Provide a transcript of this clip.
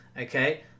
Okay